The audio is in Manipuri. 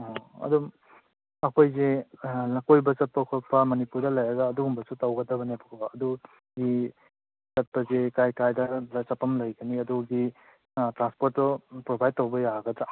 ꯑꯥ ꯑꯗꯨꯝ ꯑꯩꯈꯣꯏꯁꯦ ꯀꯣꯏꯕ ꯆꯠꯄ ꯈꯣꯠꯄ ꯃꯅꯤꯄꯨꯔꯗ ꯂꯩꯔꯒ ꯑꯗꯨꯒꯨꯝꯕꯁꯨ ꯇꯧꯒꯗꯕꯅꯦꯕꯀꯣ ꯑꯗꯨꯒꯤ ꯆꯠꯄꯁꯦ ꯀꯥꯏ ꯀꯥꯏꯗ ꯆꯠꯐꯝ ꯂꯩꯒꯅꯤ ꯑꯗꯨꯒꯤ ꯇ꯭ꯔꯥꯟꯄꯣꯔꯠꯇꯣ ꯄ꯭ꯔꯣꯕꯥꯏꯠ ꯇꯧꯕ ꯌꯥꯒꯗ꯭ꯔ